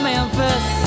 Memphis